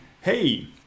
hey